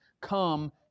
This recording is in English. Come